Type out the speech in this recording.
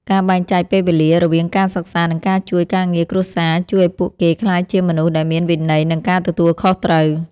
ការបែងចែកពេលវេលារវាងការសិក្សានិងការជួយការងារគ្រួសារជួយឱ្យពួកគេក្លាយជាមនុស្សដែលមានវិន័យនិងការទទួលខុសត្រូវ។